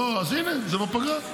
אז הינה, זה בפגרה.